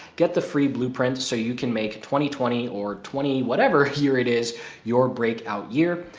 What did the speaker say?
get the free blueprint so you can make twenty twenty or twenty whatever here it is your break out year.